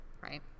right